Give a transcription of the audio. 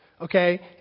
Okay